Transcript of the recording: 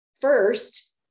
first